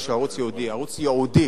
ערוץ-9, שהוא ערוץ ייעודי,